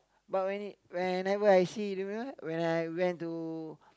but when whenever I see remember when I went to